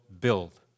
build